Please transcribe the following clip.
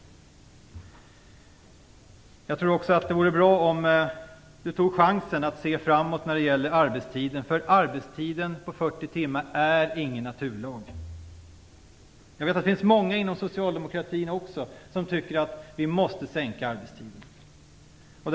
Jag tror också att det vore bra om Ingvar Carlsson tog chansen att se framåt när det gäller arbetstiden. Arbetstiden på 40 timmar är nämligen ingen naturlag. Jag vet att det också inom socialdemokratin finns många som tycker att vi måste minska arbetstiden.